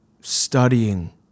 studying